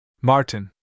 Martin